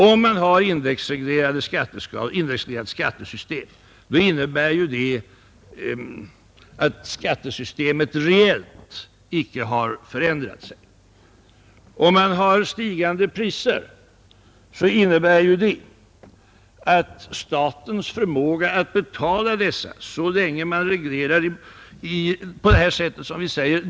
Om man har ett indexreglerat skattesystem, innebär det att skattesystemet reellt icke förändrar sig vid stigande priser. Statens förmåga att betala dessa priser blir inte mindre.